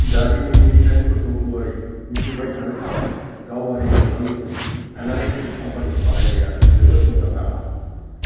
दारिमिननि ट्रेन्डफोरखौ गुवारै मिन्थिबायथानो थाखाय गावारि प्रग्रामनिख्रुय एनालायटिक्स कम्पानि बाहायनाया जोबोद मोजां राहा